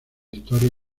historia